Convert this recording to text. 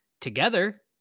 together